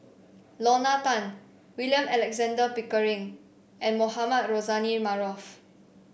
Lorna Tan William Alexander Pickering and Mohamed Rozani Maarof